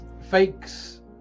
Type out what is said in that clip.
fakes